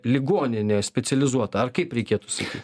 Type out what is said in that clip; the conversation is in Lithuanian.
ligoninė specializuota ar kaip reikėtų saky